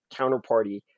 counterparty